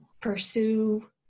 pursue